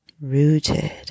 Rooted